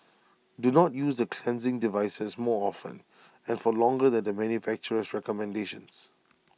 do not use the cleansing devices more often and for longer than the manufacturer's recommendations